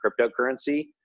cryptocurrency